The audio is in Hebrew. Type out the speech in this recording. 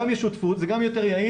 גם יש שותפות, זה גם יותר יעיל